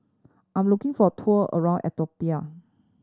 I am looking for a tour around Ethiopia